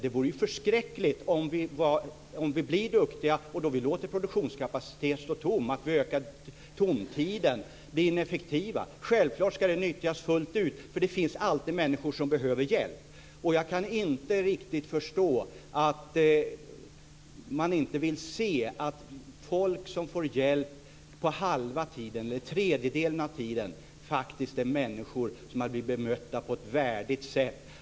Det vore förskräckligt om vi blir duktiga och sedan inte utnyttjar produktionskapaciteten, om vi ökar tomtiden och blir ineffektiva. Självklart ska produktionskapaciteten nyttjas fullt ut. Det finns alltid människor som behöver hjälp. Jag kan inte förstå att man inte vill se att folk som får hjälp på halva tiden eller en tredjedel av tiden är människor som har blivit bemötta på ett värdigt sätt.